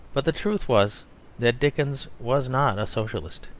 but the truth was that dickens was not a socialist,